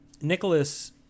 Nicholas